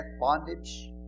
bondage